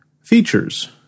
features